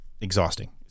exhausting